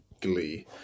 glee